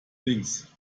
links